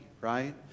right